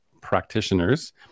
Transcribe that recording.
practitioners